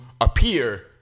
appear